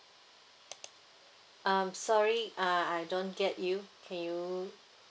um sorry uh I don't get you can you